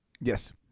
Yes